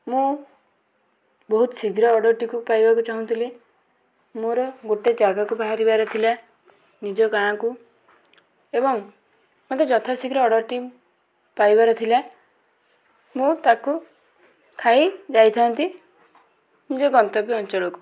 ମୁଁ ବହୁତ ଶୀଘ୍ର ଅର୍ଡ଼ର୍ଟିକୁ ପାଇବାକୁ ଚାହୁଁଥିଲି ମୋର ଗୋଟେ ଜାଗାକୁ ବାହାରିବାରଥିଲା ନିଜ ଗାଁକୁ ଏବଂ ମୋତେ ଯଥା ଶୀଘ୍ର ଅର୍ଡ଼ର୍ଟି ପାଇବାରଥିଲା ମୁଁ ତାକୁ ଖାଇ ଯାଇଥାନ୍ତି ନିଜ ଗନ୍ତବ୍ୟ ଅଞ୍ଚଳକୁ